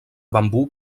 bambú